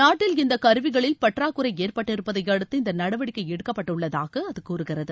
நாட்டில் இந்த கருவிகளில் பற்றாக்குறை ஏற்பட்டிருப்பதை அடுத்து இந்த நடவடிக்கை எடுக்கப்பட்டுள்ளதாக அது கூறுகிறது